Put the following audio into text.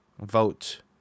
vote